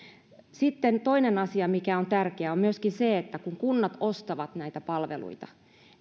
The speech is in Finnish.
sitten toinen asia mikä on tärkeä on myöskin se että kun kunnat ostavat näitä palveluita